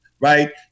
right